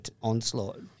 onslaught